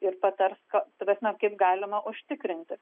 ir patars ka ta prasme kaip galima užtikrinti